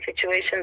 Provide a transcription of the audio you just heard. situations